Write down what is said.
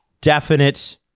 definite